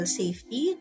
safety